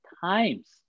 times